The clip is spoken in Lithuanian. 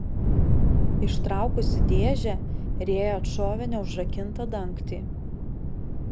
ištraukusi dėžę rėja atšovė neužrakintą dangtį